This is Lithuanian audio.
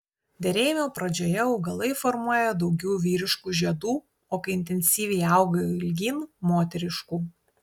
derėjimo pradžioje augalai formuoja daugiau vyriškų žiedų o kai intensyviai auga ilgyn moteriškų